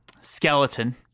skeleton